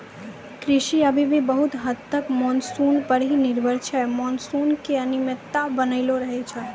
कृषि अभी भी बहुत हद तक मानसून पर हीं निर्भर छै मानसून के अनियमितता बनलो रहै छै